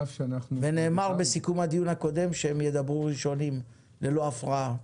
נאמר בסיכום הדיון הקודם שהם ידברו ראשונים ללא הפרעה,